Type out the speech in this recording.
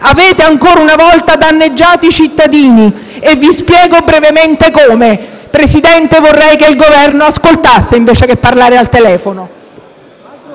Avete ancora una volta danneggiato i cittadini e vi spiego brevemente come. Signor Presidente, vorrei che il rappresentante del Governo ascoltasse, invece che parlare al telefono